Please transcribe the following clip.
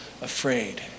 afraid